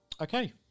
Okay